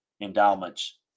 endowments